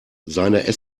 seine